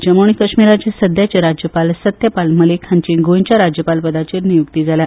जम्मू आनी कश्मीरचे सध्याचे राज्यपाल सत्यपाल मलीक हांची गोंयच्या राज्यपालपदार नेमणूक जाल्या